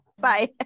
Bye